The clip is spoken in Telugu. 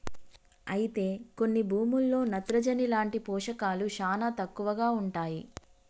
అయితే కొన్ని భూముల్లో నత్రజని లాంటి పోషకాలు శానా తక్కువగా ఉంటాయి